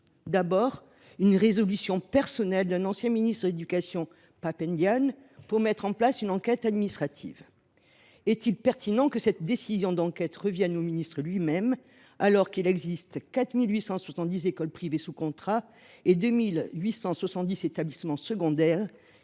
d’abord fallu la résolution personnelle d’un ancien ministre de l’éducation, Pap Ndiaye, pour mettre en place une enquête administrative. Est il d’ailleurs pertinent que cette décision d’enquête dépende du ministre lui même, alors qu’il existe 4 870 écoles privées sous contrat et 2 870 établissements secondaires,